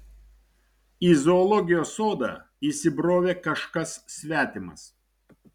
į zoologijos sodą įsibrovė kažkas svetimas